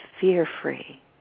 fear-free